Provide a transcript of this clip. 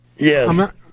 Yes